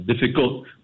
difficult